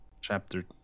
chapter